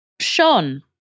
Sean